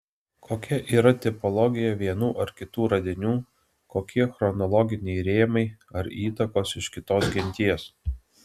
kokia yra tipologija vienų ar kitų radinių kokie chronologiniai rėmai ar įtakos iš kitos genties